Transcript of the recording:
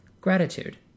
gratitude